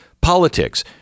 politics